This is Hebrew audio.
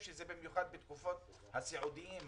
במיוחד עבור הסיעודיים,